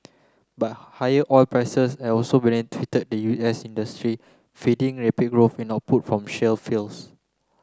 but higher oil prices have also the U S industry feeding rapid growth in output from shale fields